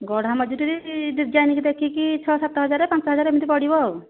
ଗଢା ମଜୁରୀ ଡିଜାଇନ୍କୁ ଦେଖିକି ଛଅ ସାତ ହଜାର ପାଞ୍ଚ ହଜାର ଏମିତି ପଡ଼ିବ ଆଉ